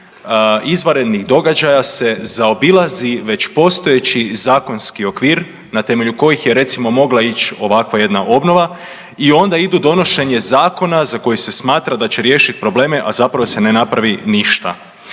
izvanrednih događaja se zaobilazi već postojeći zakonski okvir na temelju kojih je recimo mogla ići ovakva jedna obnova. I onda idu donošenje zakona za koji se smatra da će riješiti probleme, a zapravo se ne napravi ništa.